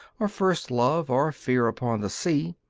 or first love or fear upon the sea.